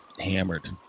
hammered